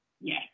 Yes